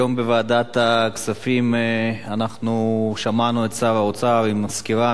היום בוועדת הכספים שמענו את שר האוצר בסקירה